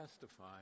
testify